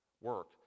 work